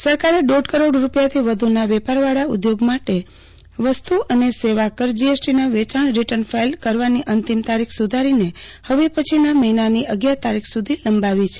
T જ સરકારે દોઢ કરોડ રૂપિયાથી વધુના વેપારવાળા ઉદ્યોગો માટે વસ્તુ અને સેવા કર જીએસટીના વેચાણ રીટર્ન ફાઈલ કરવાની અંતિમ તારીખ સુધારીને હવે પછીના મહિનાની અગિયાર તારીખ સુધી લંબાવી છે